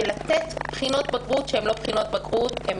של לתת בחינות בגרות שהן לא בחינות בגרות אלא הן